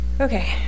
Okay